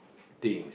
things